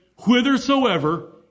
whithersoever